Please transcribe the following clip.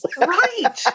Right